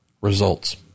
results